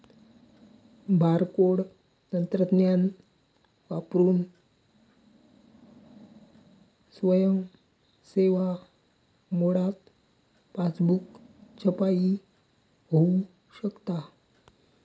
barcode तंत्रज्ञान वापरून स्वयं सेवा मोडात पासबुक छपाई होऊ शकता